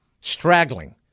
straggling